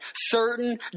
certain